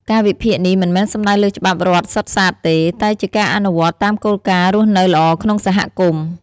ការវិភាគនេះមិនមែនសំដៅលើច្បាប់រដ្ឋសុទ្ធសាធទេ តែជាការអនុវត្តតាមគោលការណ៍រស់នៅល្អក្នុងសហគមន៍។